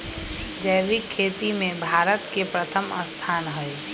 जैविक खेती में भारत के प्रथम स्थान हई